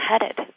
headed